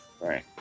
Right